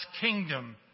kingdom